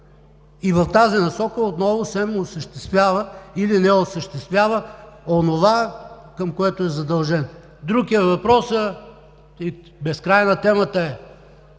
и в тази насока отново СЕМ осъществява или не осъществява онова, към което е задължен. Друг е въпросът и безкрайна е темата